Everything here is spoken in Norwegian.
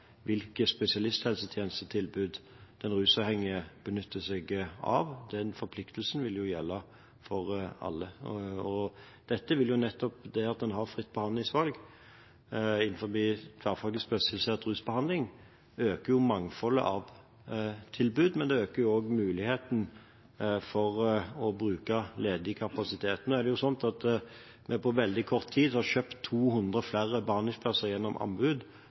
hvilke spesialisthelsetjenestetilbud den rusavhengige benytter seg av. En slik forpliktelse vil gjelde alle. Det at en har fritt behandlingsvalg innen tverrfaglig spesifisert rusbehandling, øker mangfoldet av tilbud, men det øker også muligheten til å bruke ledig kapasitet. Det er slik at vi på veldig kort tid har kjøpt 200 flere behandlingsplasser gjennom anbud.